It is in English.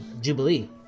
Jubilee